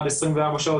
עד 24 שעות,